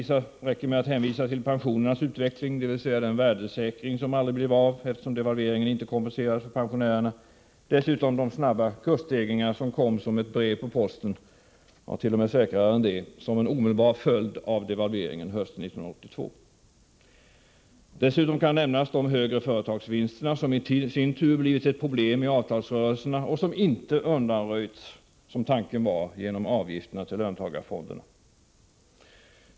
Det räcker med att hänvisa till pensionernas utveckling, dvs. den värdesäkring som aldrig blev av, eftersom devalveringen inte kompenserades för pensionärerna, samt de snabba kursstegringar som kom som ett brev på posten — ja, t.o.m. säkrare, nämligen som en omedelbar följd av devalveringen hösten 1982. Dessutom kan nämnas de högre företagsvinsterna, som i sin tur blivit ett problem i avtalsrörelserna — vilket inte, som tanken var, undanröjts genom avgifterna till löntagarfonderna.